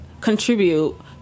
contribute